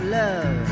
love